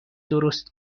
درست